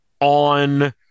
on